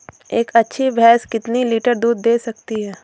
एक अच्छी भैंस कितनी लीटर दूध दे सकती है?